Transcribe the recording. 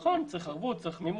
נכון, צריך ערבות, צריך מימון.